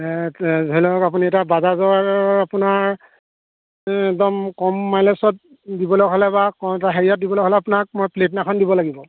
ধৰি লওক আপুনি এতিয়া বাজাজৰ আপোনাৰ একদম কম মাইলেজত দিবলৈ হ'লে বা কম এটা হেৰিয়াত দিবলৈ হ'লে আপোনাক মই প্লেটিনাখন দিব লাগিব